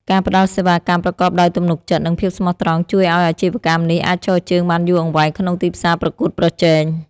ការផ្ដល់សេវាកម្មប្រកបដោយទំនុកចិត្តនិងភាពស្មោះត្រង់ជួយឱ្យអាជីវកម្មនេះអាចឈរជើងបានយូរអង្វែងក្នុងទីផ្សារប្រកួតប្រជែង។